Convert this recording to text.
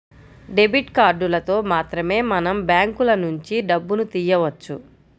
debit కార్డులతో మాత్రమే మనం బ్యాంకులనుంచి డబ్బును తియ్యవచ్చు